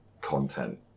content